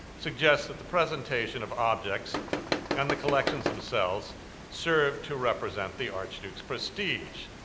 suggests that the presentation of objects and the collections themselves served to represent the archduke's prestige.